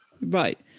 Right